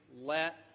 let